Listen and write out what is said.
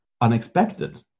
unexpected